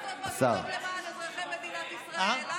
למה לעשות משהו טוב למען אזרחי מדינת ישראל?